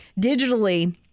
digitally